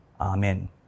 Amen